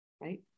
right